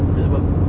se~ sebab